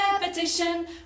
repetition